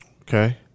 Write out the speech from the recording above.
Okay